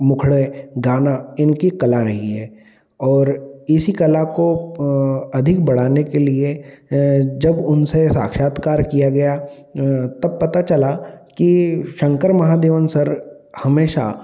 मुखड़े गाना इनकी कला रही है और इसी कला को अधिक बढ़ाने के लिए जब उनसे साक्षात्कार किया गया तब पता चला कि शंकर महादेवन सर हमेशा